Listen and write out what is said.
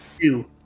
two